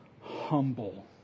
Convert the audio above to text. humble